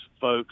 folks